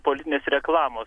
politinės reklamos